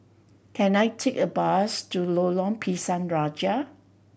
can I take a bus to Lorong Pisang Raja